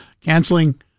canceling